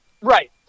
right